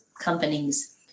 companies